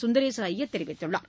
சுந்தரேச ஐயர் தெரிவித்துள்ளார்